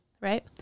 right